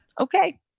Okay